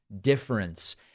difference